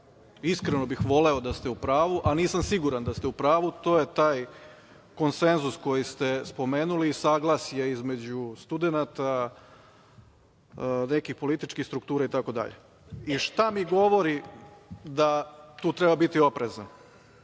iskreno bih voleo da ste u pravu, a nisam siguran da ste u pravu, to je taj konsenzus koji ste spomenuli i saglasje između studenata, nekih političkih struktura itd. Šta mi govori da tu treba biti oprezan?